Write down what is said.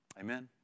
Amen